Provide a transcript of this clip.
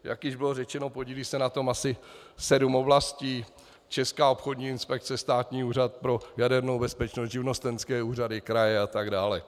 Jak již bylo řečeno, podílí se na tom asi sedm oblastí, Česká obchodní inspekce, Státní úřad pro jadernou bezpečnost, živnostenské úřady, kraje a tak dále.